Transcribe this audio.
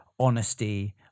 honesty